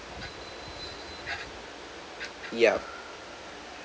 yup